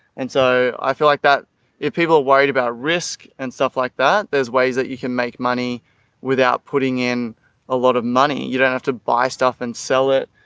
and so i feel like that if people are worried about risk and stuff like that, there's ways that you can make money without putting in a lot of money. you don't have to buy stuff and sell it.